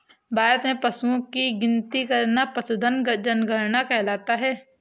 भारत में पशुओं की गिनती करना पशुधन जनगणना कहलाता है